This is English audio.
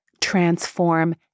transform